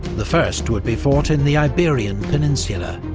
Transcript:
the first would be fought in the iberian peninsula,